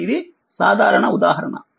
కాబట్టిఇది సాధారణ ఉదాహరణ